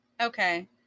Okay